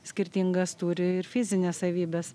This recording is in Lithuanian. skirtingas turi ir fizines savybes